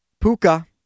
Puka